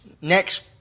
Next